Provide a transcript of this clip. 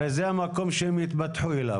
הרי זה המקום שהם התפתחו אליו.